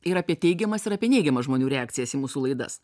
ir apie teigiamas ir apie neigiamas žmonių reakcijas į mūsų laidas